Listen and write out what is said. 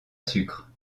sucre